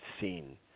seen